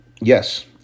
Yes